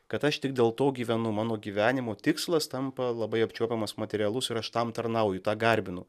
kad aš tik dėl to gyvenu mano gyvenimo tikslas tampa labai apčiuopiamas materialus ir aš tam tarnauju tą garbinu